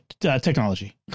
Technology